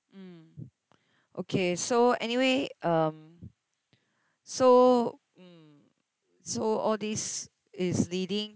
mm okay so anyway um so so all these is leading